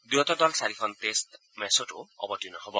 দুয়োটা দলে চাৰিখন টেষ্ট মেচতো অৱতীৰ্ণ হ'ব